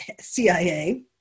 CIA